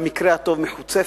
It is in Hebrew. במקרה הטוב, מחוצף,